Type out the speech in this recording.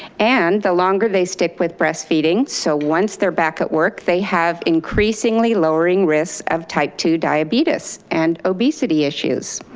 and the longer they stick with breastfeeding, so once they're back at work, they have increasingly lowering risk of type two diabetes and obesity issues.